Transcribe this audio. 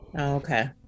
Okay